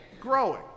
growing